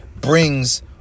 brings